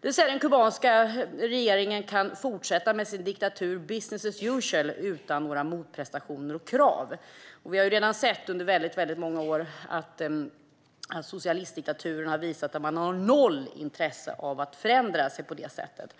Den kubanska regeringen kan alltså fortsätta med sin diktatur - business as usual - utan några motprestationer och krav. Vi har redan sett under väldigt många år att socialistdiktaturen har visat att man har noll intresse av att förändra sig på det sättet.